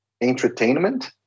entertainment